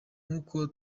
nk’uko